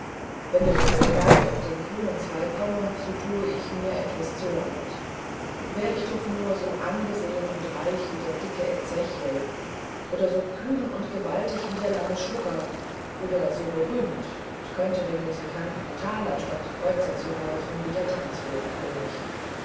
wenn ich nicht bald auf den grünen zweig komme so tu ich mir etwas zuleid wär ich doch nur so angesehen und reich wie der dicke ezechiel oder so kühn und so gewaltig wie der lange schlurker oder so berühmt und könnte den musikanten taler statt kreuzer zuwerfen wie der